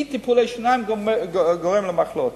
אי-טיפול בשיניים גורם למחלות.